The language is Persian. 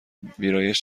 ویرایش